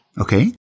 Okay